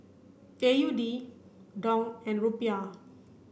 A U D Dong and Rupiah